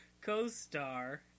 co-star